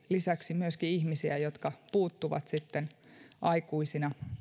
lisäksi myöskin niitä ihmisiä jotka puuttuvat aikuisina